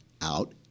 out